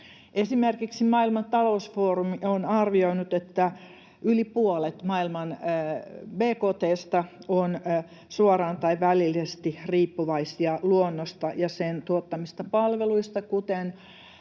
Esimerkiksi Maailman talousfoorumi on arvioinut, että yli puolet maailman bkt:stä on suoraan tai välillisesti riippuvaista luonnosta ja sen tuottamista palveluista,